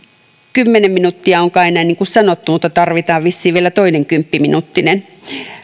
kymmenen minuuttia on kai sanottu mutta tarvitaan vissiin vielä toinen kymppiminuuttinen